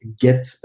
get